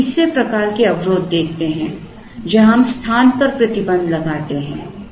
अब हम तीसरे प्रकार के अवरोध देखते हैं जहाँ हम स्थान पर प्रतिबंध लगाते हैं